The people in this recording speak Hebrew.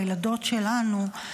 בילדות שלנו,